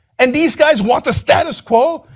and these guys want the status quo?